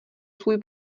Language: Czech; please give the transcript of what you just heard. svůj